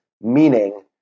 Meaning